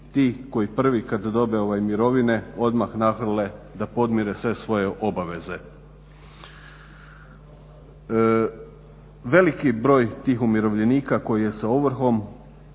ti koji prvi kad dobiju mirovine odmah nahrle da podmire sve svoje obaveze. Veliki broj tih umirovljenika koji je sa ovrhom